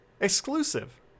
exclusive